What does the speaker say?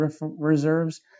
reserves